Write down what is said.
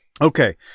Okay